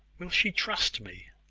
will she trust me?